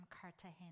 Cartagena